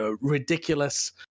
ridiculous